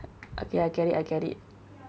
okay I get it I get it